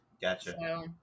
Gotcha